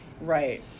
Right